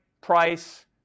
price